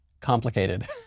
complicated